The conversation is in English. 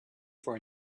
for